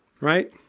Right